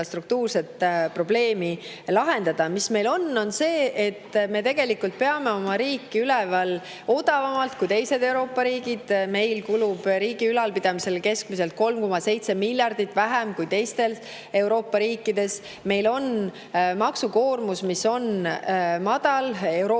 struktuurset probleemi lahendada. Mis meil [hea] on, on see, et me peame oma riiki üleval odavamalt kui teised Euroopa riigid, meil kulub riigi ülalpidamisele keskmiselt 3,7 miljardit vähem kui teistel Euroopa riikidel. Meil on maksukoormus, mis on madal, Euroopa